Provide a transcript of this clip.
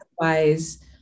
otherwise